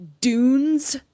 dunes